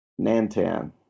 nantan